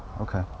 okay